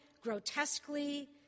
grotesquely